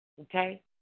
okay